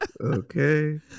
Okay